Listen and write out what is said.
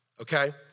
okay